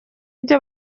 ibyo